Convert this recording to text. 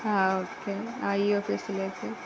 ആ ഓക്കെ ആ ഈ ഓഫീസിലേക്ക്